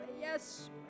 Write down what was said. yes